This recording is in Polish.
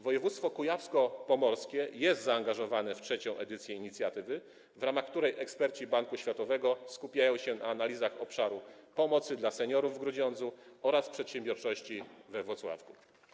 Województwo kujawsko-pomorskie jest zaangażowane w trzecią edycję inicjatywy, w ramach której eksperci Banku Światowego skupiają się na analizach obszaru pomocy dla seniorów w Grudziądzu oraz przedsiębiorczości we Włocławku.